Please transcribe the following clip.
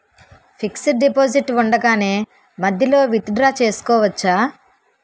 Fixed deposit ఉండగానే మధ్యలో withdraw చేసుకోవచ్చా?